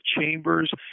chambers